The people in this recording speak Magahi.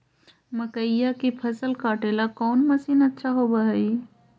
मकइया के फसल काटेला कौन मशीन अच्छा होव हई?